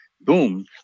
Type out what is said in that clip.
boom